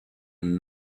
and